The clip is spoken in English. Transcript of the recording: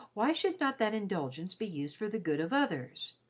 why should not that indulgence be used for the good of others?